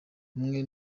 umwe